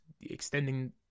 extending